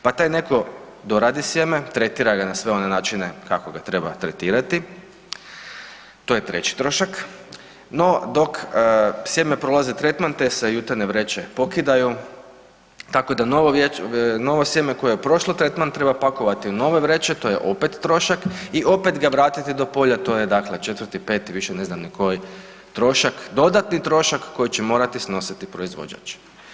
Pa taj neko doradi sjeme, tretira ga na sve one načine kako ga treba tretirati, to je treći trošak, no dok sjeme prolazi tretman, te se jutene vreće pokidaju, tako da novo sjeme koje je prošlo tretman treba pakovati u nove vreće, to je opet trošak i opet ga vratiti do polja, to je dakle, 4., 5., više ne znam ni koji trošak, dodatni trošak koji će morati snositi proizvođač.